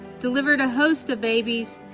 delivered a host of babies,